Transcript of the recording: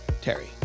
Terry